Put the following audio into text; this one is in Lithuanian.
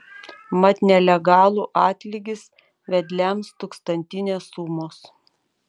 mat nelegalų atlygis vedliams tūkstantinės sumos